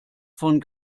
von